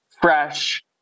fresh